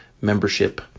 membership